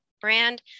brand